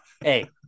hey